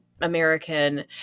American